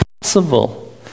possible